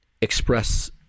express